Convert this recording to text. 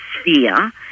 sphere